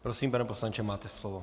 Prosím, pane poslanče, máte slovo.